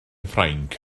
ffrainc